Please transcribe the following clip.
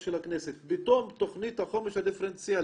של הכנסת בתום תוכנית החומש הדיפרנציאלית,